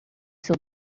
seu